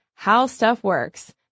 HowStuffWorks